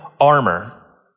armor